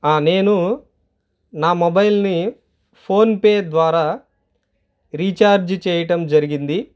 నేను నా మొబైల్ని ఫోన్పే ద్వారా రీఛార్జ్ చేయటం జరిగింది